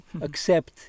accept